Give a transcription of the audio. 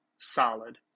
solid